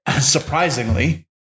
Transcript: surprisingly